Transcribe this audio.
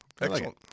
Excellent